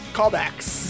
Callbacks